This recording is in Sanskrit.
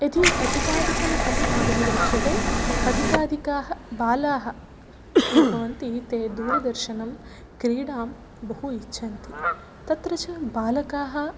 यदि अधिकाधिकम् अस्माभिः द्रक्ष्यते अधिकाधिकाः बालाः ये भवन्ति ते दूरदर्शनं क्रीडां बहु इच्छन्ति तत्र च बालकाः